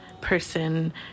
person